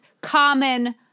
common